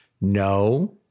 No